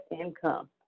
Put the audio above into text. income